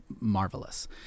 marvelous